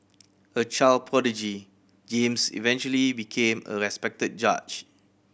a child prodigy James eventually became a respected judge